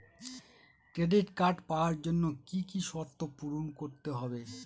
Credit card পাওয়ার জন্য কি কি শর্ত পূরণ করতে হবে?